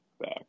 back